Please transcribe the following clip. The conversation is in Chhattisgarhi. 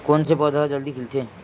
कोन से पौधा ह जल्दी से खिलथे?